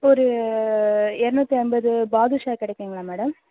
ஒரு இரநூத்தி ஐம்பது பாதுஷா கிடைக்குங்களா மேடம்